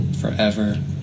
forever